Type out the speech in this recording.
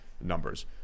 numbers